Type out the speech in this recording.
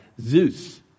Zeus